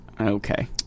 Okay